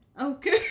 Okay